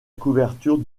couverture